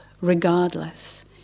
regardless